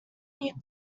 mute